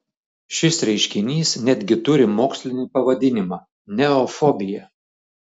šis reiškinys netgi turi mokslinį pavadinimą neofobija